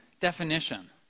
definition